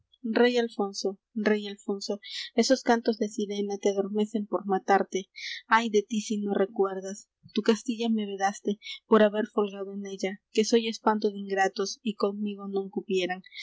rey alfonso rey alfonso esos cantos de sirena te adormecen por matarte ay de ti si no recuerdas tú castilla me vedaste por haber folgado en ella que soy espanto de ingratos y conmigo non cupieran